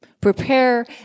Prepare